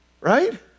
right